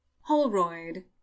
Holroyd